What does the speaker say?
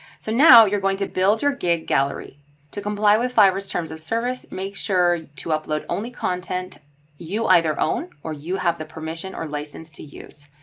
so now you're going to build your gig gallery to comply with fivers terms of service, make sure to upload only content you either own or you have the permission or license to use.